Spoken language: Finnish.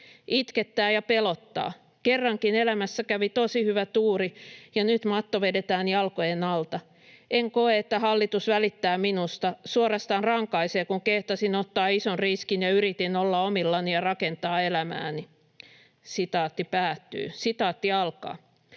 Itkettää ja pelottaa. Kerrankin elämässä kävi tosi hyvä tuuri, ja nyt matto vedetään jalkojen alta. En koe, että hallitus välittää minusta — suorastaan rankaisee, kun kehtasin ottaa ison riskin ja yritin olla omillani ja rakentaa elämääni.” ”Olen osa-aikaisesti töissä